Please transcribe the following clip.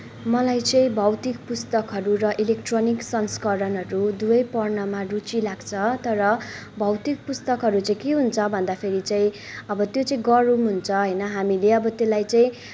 मलाई चाहिँ भौतिक पुस्तकहरू र इलेक्ट्रोनिक संस्करणहरू दुवै पढ्नमा रुचि लाग्छ तर भौतिक पुस्तकहरू चाहिँ के हुन्छ भन्दाखेरि चाहिँ अब त्यो चाहिँ गह्रौँ हुन्छ होइन हामीले अब त्यसलाई चाहिँ